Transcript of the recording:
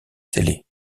scellés